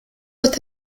with